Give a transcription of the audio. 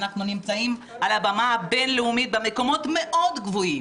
אנחנו נמצאים על הבמה הבין-לאומית במקומות מאוד גבוהים.